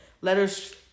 Letters